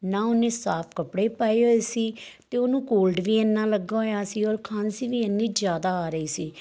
ਨਾ ਉਹਨੇ ਸਾਫ਼ ਕੱਪੜੇ ਪਾਏ ਹੋਏ ਸੀ ਅਤੇ ਉਹਨੂੰ ਕੋਲਡ ਵੀ ਇੰਨਾਂ ਲੱਗਾ ਹੋਇਆ ਸੀ ਔਰ ਖਾਂਸੀ ਵੀ ਇੰਨੀ ਜ਼ਿਆਦਾ ਆ ਰਹੀ ਸੀ